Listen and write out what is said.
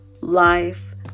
life